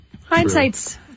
Hindsight's